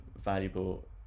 valuable